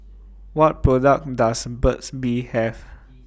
What products Does Burt's Bee Have